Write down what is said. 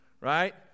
right